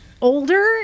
older